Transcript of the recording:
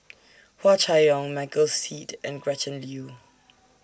Hua Chai Yong Michael Seet and Gretchen Liu